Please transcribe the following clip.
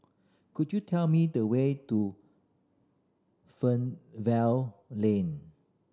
could you tell me the way to Fernvale Lane